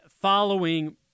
following